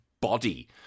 body